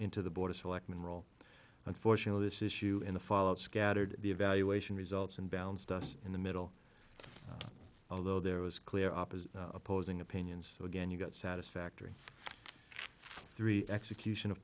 into the board of selectmen role unfortunately this issue in the fall of scattered the evaluation results and bounced us in the middle although there was clear opposite opposing opinions so again you got satisfactory three execution of